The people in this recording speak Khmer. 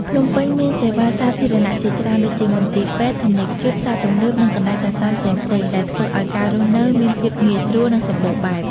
ភ្នំពេញមានសេវាសាធារណៈជាច្រើនដូចជា មន្ទីរពេទ្យ ធនាគារ ផ្សារទំនើប និងកន្លែងកម្សាន្តផ្សេងៗ ដែលធ្វើឲ្យការរស់នៅមានភាពងាយស្រួល និងសម្បូរបែប។